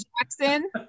jackson